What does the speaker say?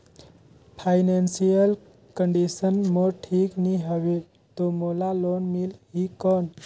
Financial condition मोर ठीक नी हवे तो मोला लोन मिल ही कौन??